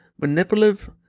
manipulative